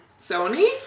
Sony